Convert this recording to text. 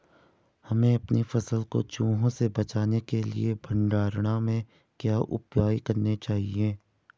हमें अपनी फसल को चूहों से बचाने के लिए भंडारण में क्या उपाय करने चाहिए?